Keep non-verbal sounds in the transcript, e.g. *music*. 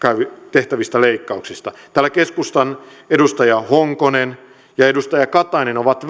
tehtävistä leikkauksista täällä keskustan edustaja honkonen ja edustaja katainen ovat *unintelligible*